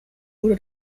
wurde